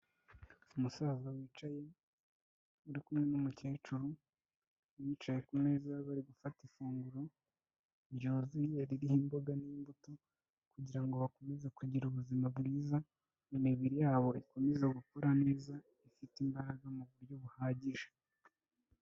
Umusaza wicaye, uri kumwe n'umukecuru, bicaye ku meza bari gufata ifunguro, ryuzuye ririho imboga n'imbuto kugira ngo bakomeze kugira ubuzima bwiza, imibiri yabo ikomeze gukora neza, ifite imbaraga mu buryo buhagije.